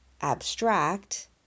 abstract